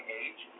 age